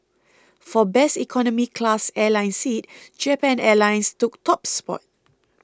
for best economy class airline seat Japan Airlines took top spot